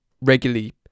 regularly